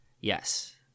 Yes